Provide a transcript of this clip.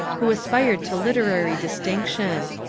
who aspired to literary distinction.